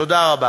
תודה רבה.